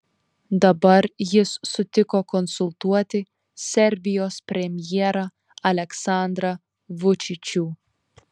dabar jis sutiko konsultuoti serbijos premjerą aleksandrą vučičių